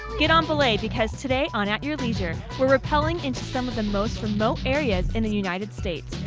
get on belay because today on at your leisure we're repelling into some of the most remote areas in the united states.